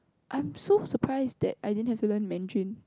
I'm so surprise that I didn't have to learn mandarin